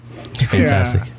Fantastic